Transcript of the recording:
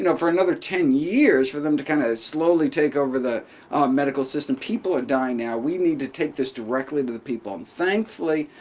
you know for another ten years for them to kind of slowly take over the medical system. people are dying now. we need to take this directly to the people. and thankfully,